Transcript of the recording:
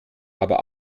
aber